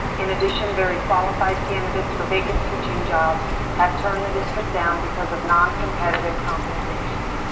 in addition, very qualified candidates for vacant teaching jobs have turned the district down because of non competitive compensation.